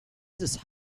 this